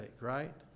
right